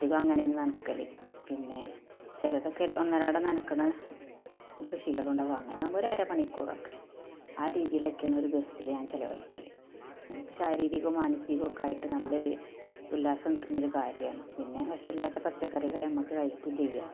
അധികം അങ്ങനെയാണ് നനയ്ക്കൽ പിന്നെ ചിലതൊക്കെ ഒന്നരാടം നനയ്ക്കുന്ന കൃഷികളുണ്ടാവും അങ്ങനെ ആകുമ്പോൾ ഒരരമണിക്കൂറൊക്കെ ആ രീതിയിൽ ഒക്കെയാണ് ഒരു ദിവസത്തില് ഞാൻ ചെലവഴിക്കല് എനിക്ക് ശാരീരികവും മനസികവുമൊക്കെ ആയിട്ട് നല്ലൊര് ഉല്ലാസം കിട്ടുന്ന ഒരു കാര്യമാണ് പിന്നെ വിഷമില്ലാത്ത പച്ചക്കറികള് നമുക്ക് കഴിക്കുകയും ചെയ്യാം